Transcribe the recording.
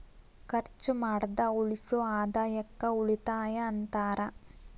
ಖರ್ಚ್ ಮಾಡ್ದ ಉಳಿಸೋ ಆದಾಯಕ್ಕ ಉಳಿತಾಯ ಅಂತಾರ